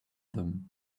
them